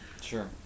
Sure